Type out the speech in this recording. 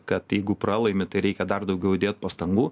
kad jeigu pralaimi tai reikia dar daugiau įdėt pastangų